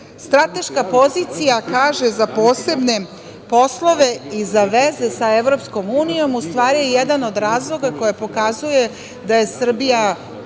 građanima. Strateška pozicija kaže za posebne poslove i za veze sa EU, u stvari je jedan od razloga koji pokazuje da je Srbija,